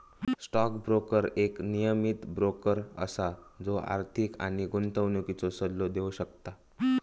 stock broker एक नियमीत broker असा जो आर्थिक आणि गुंतवणुकीचो सल्लो देव शकता